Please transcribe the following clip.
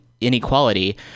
inequality